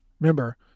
Remember